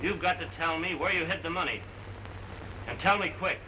you've got to tell me where you have the money and tell me qui